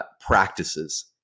practices